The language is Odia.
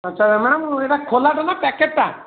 ଆଚ୍ଛା ମ୍ୟାଡ଼ାମ୍ ଏଇଟା ଖୋଲାଟା ନା ପ୍ୟାକେଟ୍ଟା